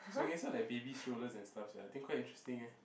so you guys sell like baby strollers and stuff sia I think quite interesting eh